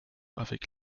avec